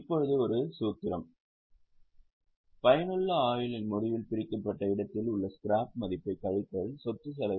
இப்போது இது ஒரு சூத்திரம் பயனுள்ள ஆயுளின் முடிவில் பிரிக்கப்பட்ட இடத்தில உள்ள ஸ்கிராப் மதிப்பைக் கழித்தல் சொத்து செலவு